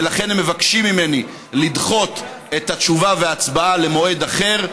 ולכן הם מבקשים ממני לדחות את התשובה ואת ההצבעה למועד אחר.